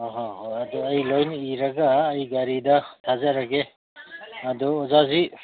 ꯍꯣ ꯍꯣ ꯑꯗꯨ ꯑꯩ ꯂꯣꯏꯅ ꯏꯔꯒ ꯑꯩ ꯒꯥꯔꯤꯗ ꯊꯥꯖꯔꯒꯦ ꯑꯗꯨ ꯑꯣꯖꯥꯁꯤ